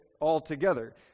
altogether